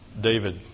David